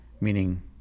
meaning